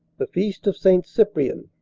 the feast of st. cyprian.